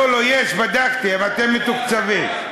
לא, יש, בדקתי, ואתם מתוקצבים.